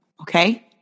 Okay